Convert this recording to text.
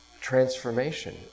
transformation